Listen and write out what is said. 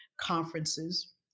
conferences